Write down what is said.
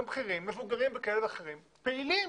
גם בכירים, מבוגרים ואחרים, פעילים.